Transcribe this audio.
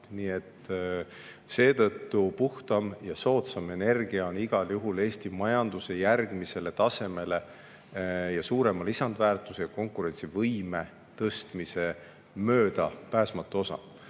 argument. Seetõttu on puhtam ja soodsam energia igal juhul Eesti majanduse järgmisele tasemele viimise ning suurema lisandväärtuse ja konkurentsivõime tõstmise möödapääsmatu osa.